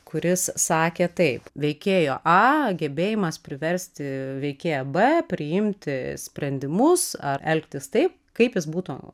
kuris sakė taip veikėjo a gebėjimas priversti veikėją b priimti sprendimus ar elgtis taip kaip jis būtų